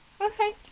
Okay